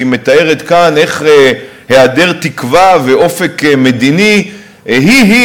שמתארת כאן איך היעדר תקווה ואופק מדיני הוא-הוא